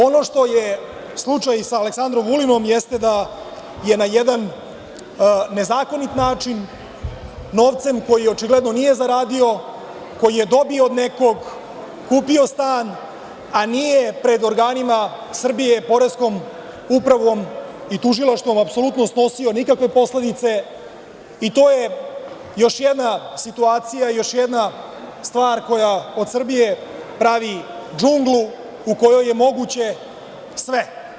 Ono što je slučaj sa Aleksandrom Vulinom jeste da je na jedan nezakonit način novcem koji očigledno nije zaradio, koji je dobio od nekog, kupio stan, a nije pred organima Srbije, poreskom upravom i tužilaštvom apsolutno snosio nikakve posledice i to je još jedna situacija i još jedna stvar koja od Srbije pravi džunglu u kojoj je moguće sve.